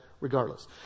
regardless